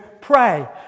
pray